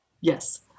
Yes